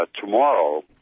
tomorrow